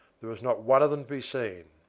there was not one of them to be seen.